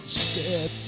step